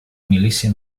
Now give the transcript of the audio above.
milícia